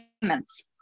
payments